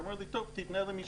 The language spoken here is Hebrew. ואמרו לי לפנות למשטרה.